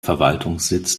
verwaltungssitz